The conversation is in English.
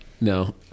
no